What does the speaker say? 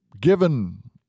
given